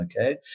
okay